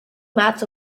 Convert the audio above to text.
mats